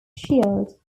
shield